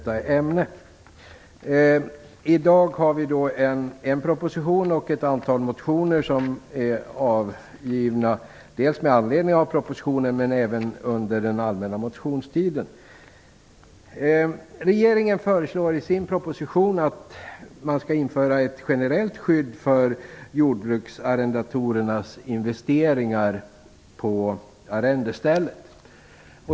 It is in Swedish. Vi har i dag att behandla en proposition och ett antal motioner som dels är avgivna med anledning av propositionen, dels är väckta under den allmänna motionstiden. Regeringen föreslår i sin proposition att man skall införa ett generellt skydd för jordbruksarrendatorernas investeringar på arrendestället.